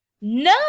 No